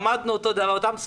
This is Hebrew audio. למדנו את אותם סיפורים,